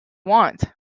want